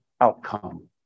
outcome